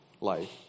life